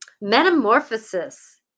Metamorphosis